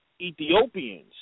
Ethiopians